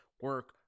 Work